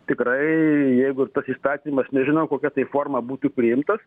tikrai jeigu ir tas įstatymas nežinau kokia tai forma būtų priimtas